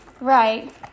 Right